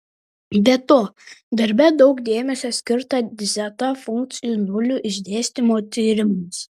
be to darbe daug dėmesio skirta dzeta funkcijų nulių išsidėstymo tyrimams